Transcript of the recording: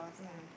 mm